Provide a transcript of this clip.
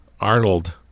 Arnold